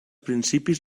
principis